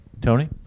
Tony